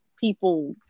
people